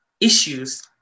issues